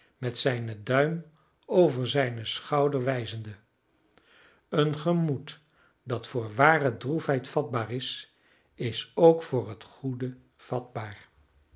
met zijnen duim over zijnen schouder wijzende een gemoed dat voor ware droefheid vatbaar is is ook voor het goede vatbaar